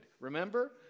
Remember